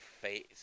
face